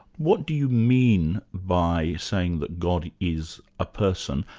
what do you mean by saying that god is a person,